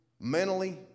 mentally